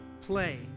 play